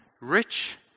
Rich